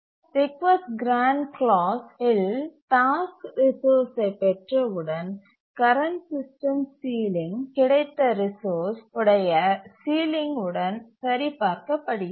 request grant class இல் task ரிசோர்ஸ்சை பெற்றவுடன் கரண்ட் சிஸ்டம் சீலிங் கிடைத்த ரிசோர்ஸ் உடைய சீலிங் உடன் சரிபார்க்கப்படுகிறது